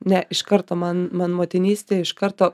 ne iš karto man man motinystė iš karto